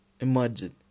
Imagine